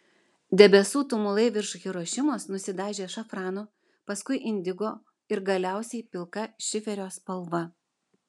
debesų tumulai virš hirošimos nusidažė šafrano paskui indigo ir galiausiai pilka šiferio spalva